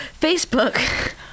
Facebook